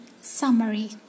Summary